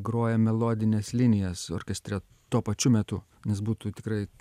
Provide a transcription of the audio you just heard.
groja melodines linijas orkestre tuo pačiu metu nes būtų tikrai